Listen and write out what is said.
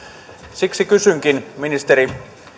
siksi kysynkin ministeri